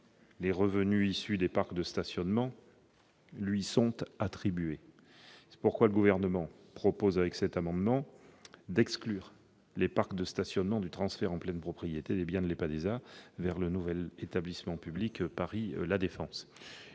les revenus issus des parcs de stationnement sont attribués à celui-ci. C'est pourquoi le Gouvernement propose par cet amendement d'exclure les parcs de stationnement du transfert en pleine propriété des biens de l'EPADESA vers le nouvel établissement public Paris La Défense